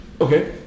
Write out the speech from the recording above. Okay